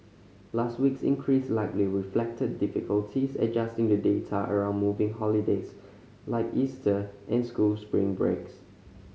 last week's increase likely reflected difficulties adjusting the data around moving holidays like Easter and school spring breaks